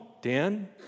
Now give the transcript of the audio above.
Dan